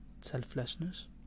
selflessness